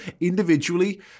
Individually